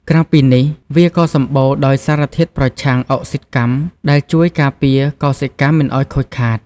ក្រៅពីនេះ វាក៏សម្បូរដោយសារធាតុប្រឆាំងអុកស៊ីតកម្ម ដែលជួយការពារកោសិកាមិនឱ្យខូចខាត។